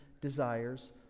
desires